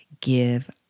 give